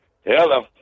Hello